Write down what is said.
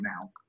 now